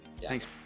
Thanks